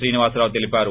శ్రీనివాసరావు తెలిపారు